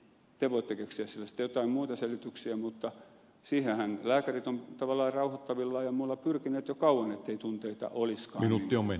te voitte keksiä sille sitten jotain muita selityksiä mutta siihenhän lääkärit ovat tavallaan rauhoittavilla ja muilla pyrkineet jo kauan ettei tunteita olisikaan